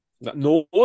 North